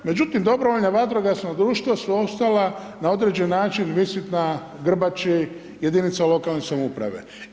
Međutim, dobrovoljna vatrogasna društva su ostala na određen način visjeti na grbači jedinice lokalne samouprave.